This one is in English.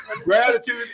Gratitude